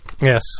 Yes